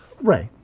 right